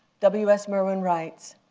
w s. merwin writes,